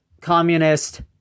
communist